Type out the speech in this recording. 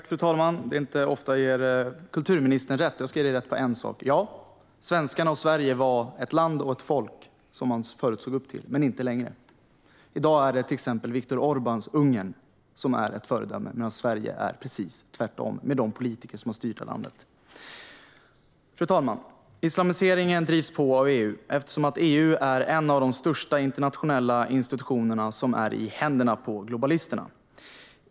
Fru talman! Det är inte ofta jag ger kulturministern rätt. Jag ska ge henne rätt om en sak. Svenskarna och Sverige var ett folk och ett land som man förut såg upp till, men inte nu längre. I dag är det till exempel Viktor Orbáns Ungern som är ett föredöme medan Sverige är precis tvärtom med de politiker som har styrt det här landet. Fru talman! Islamiseringen drivs på av EU, eftersom EU är en av de största internationella institutioner som är i händerna på globalisterna.